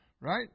Right